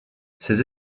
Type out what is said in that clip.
ses